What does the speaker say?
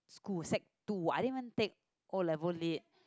school sec two I didn't even take O-level lit